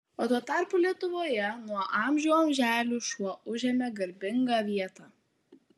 o tuo tarpu lietuvoje nuo amžių amželių šuo užėmė garbingą vietą